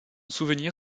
souvenir